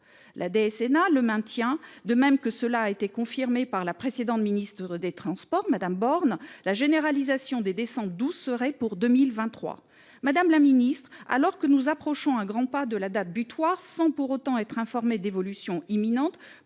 La DSNA l'a confirmé, après son annonce par la précédente ministre des transports, Mme Borne, la généralisation des descentes douces serait pour 2023. Madame la ministre, alors que nous approchons à grands pas de la date butoir sans pour autant être informés d'évolutions imminentes,